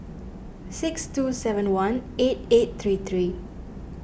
six two seven one eight eight three three